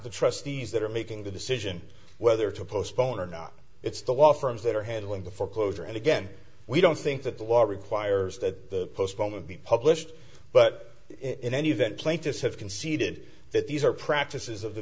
the trustees that are making the decision whether to postpone or not it's the law firms that are handling the foreclosure and again we don't think that the law requires that the postponement be published but in any event plaintiffs have conceded that these are practices of the